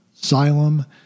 Xylem